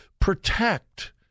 protect